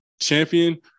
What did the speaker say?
champion